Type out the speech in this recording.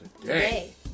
today